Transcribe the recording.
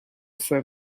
for